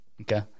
Okay